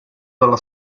dalla